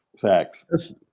Facts